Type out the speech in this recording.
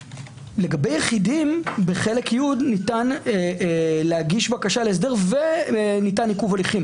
לגבי יחידים בחלק י' ניתן להגיש בקשה להסדר וניתן עיכוב הליכים.